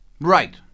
Right